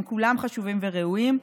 הם כולם חשובים וראויים.